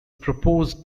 proposed